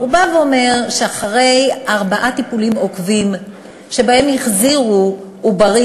הוא בא ואומר שאחרי ארבעה טיפולים עוקבים שבהם החזירו עוברים,